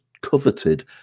coveted